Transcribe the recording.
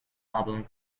albums